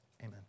amen